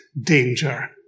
danger